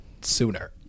sooner